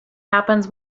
happens